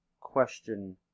question